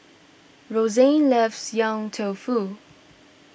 Rozanne loves Yong Tau Foo